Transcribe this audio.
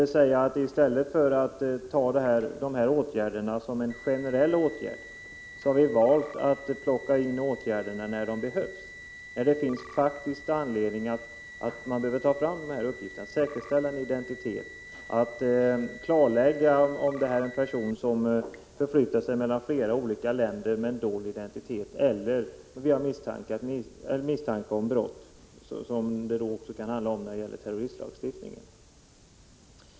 I stället för att betrakta dessa åtgärder som generella har vi valt att vidta åtgärderna när de behövs, när det finns faktisk anledning att ta fram uppgifter, säkerställa en identitet, klargöra om det är fråga om en person som förflyttar sig mellan flera olika länder med dold identitet, eller när det finns misstanke om brott, som det också kan vara fråga om när det gäller terroristlagstiftningen.